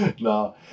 no